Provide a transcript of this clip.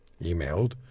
emailed